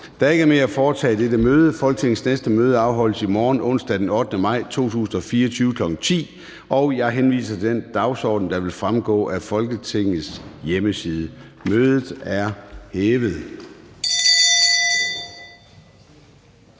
Der er ikke mere at foretage i dette møde. Folketingets næste møde afholdes i morgen, onsdag den 8. maj 2024, kl. 10.00. Jeg henviser til den dagsorden, der vil fremgå af Folketingets hjemmeside. Mødet er hævet.